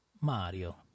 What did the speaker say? Mario